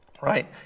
Right